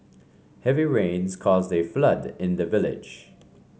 heavy rains caused a flood in the village